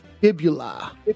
fibula